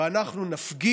מפירים